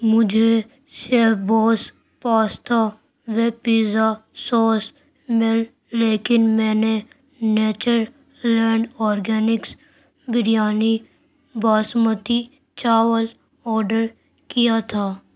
مجھے chef boss pasta و pizza sauce مل لیکن میں نے Nature Land Organics biryani basmati چاول آرڈر کیا تھا